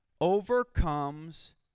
overcomes